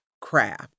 craft